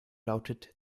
lautet